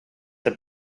had